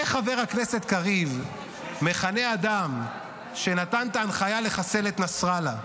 איך חבר הכנסת קריב מכנה אדם שנתן את ההנחיה לחסל את נסראללה,